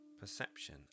perception